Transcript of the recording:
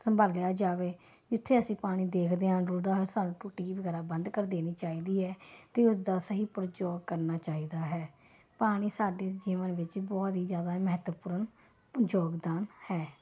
ਸੰਭਾਲਿਆ ਜਾਵੇ ਜਿੱਥੇ ਅਸੀਂ ਪਾਣੀ ਦੇਖਦੇ ਆਂ ਡੁੱਲਦਾ ਹੋਇਆ ਸਾਨੂੰ ਟੂਟੀ ਵਗੈਰਾ ਬੰਦ ਕਰ ਦੇਣੀ ਚਾਹੀਦੀ ਹੈ ਅਤੇ ਉਸ ਦਾ ਸਹੀ ਪ੍ਰਯੋਗ ਕਰਨਾ ਚਾਹੀਦਾ ਹੈ ਪਾਣੀ ਸਾਡੇ ਜੀਵਨ ਵਿੱਚ ਬਹੁਤ ਹੀ ਜ਼ਿਆਦਾ ਮਹੱਤਵਪੂਰਨ ਪ ਯੋਗਦਾਨ ਹੈ